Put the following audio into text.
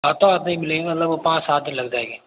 हाँ तो पाँच सात दिन लग जाएंगे